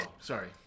sorry